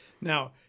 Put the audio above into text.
Now